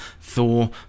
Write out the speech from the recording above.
Thor